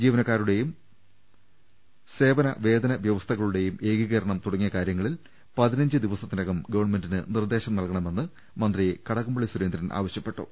ജീവനക്കാരുടെയും സേവന വേതന വൃവസ്ഥകളുടെയും ഏകീകരണം തുടങ്ങിയ കാര്യങ്ങളിൽ പതിനഞ്ച് ദിവസത്തിനകം ഗവൺമെന്റിന് നിർദ്ദേശം നൽകണമെന്ന് മന്ത്രി കടകംപള്ളി സുരേന്ദ്രൻ ആവശ്യപ്പെട്ടു